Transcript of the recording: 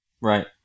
Right